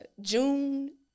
June